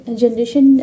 generation